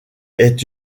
est